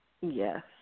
Yes